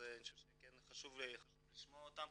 אז חשוב לשמוע אותם.